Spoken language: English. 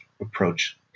approach